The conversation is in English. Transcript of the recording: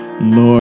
Lord